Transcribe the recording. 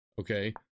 okay